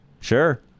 Sure